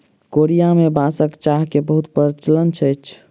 Korea में बांसक चाह के बहुत प्रचलन छै